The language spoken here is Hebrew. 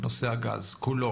נושא הגז כולו.